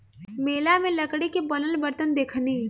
मेला में लकड़ी के बनल बरतन देखनी